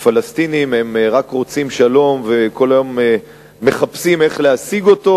הפלסטינים רק רוצים שלום וכל היום מחפשים איך להשיג אותו,